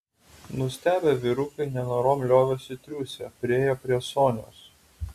nustebę vyrukai nenorom liovėsi triūsę priėjo prie sonios